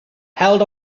held